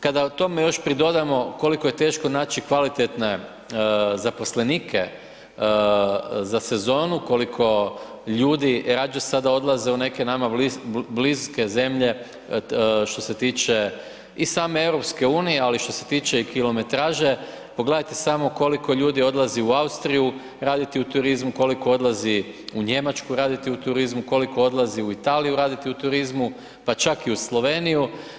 Kada tome još pridodamo koliko je teško naći kvalitetne zaposlenike za sezonu, koliko ljudi rađe sada odlaze u neke nama bliske zemlje što se tiče i same EU, ali što se tiče i kilometraže, pogledajte samo koliko ljudi odlazi u Austriju raditi u turizmu, koliko odlazi u Njemačku raditi u turizmu, koliko odlazi u Italiju raditi u turizmu, pa čak i u Sloveniju.